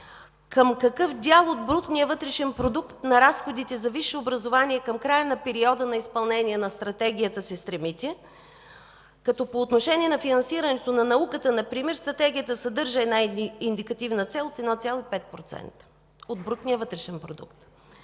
към какъв дял от брутния вътрешен продукт на разходите за висше образование към края на периода на изпълнение на Стратегията се стремите, като по отношение на финансирането на науката например Стратегията съдържа една индикативна цел с 1,5% от брутния вътрешен продукт?